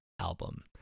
album